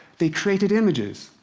they created images,